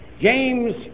James